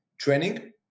training